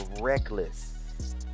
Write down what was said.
reckless